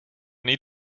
need